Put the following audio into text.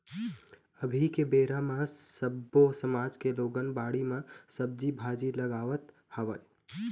अभी के बेरा म सब्बो समाज के लोगन बाड़ी म सब्जी भाजी लगावत हवय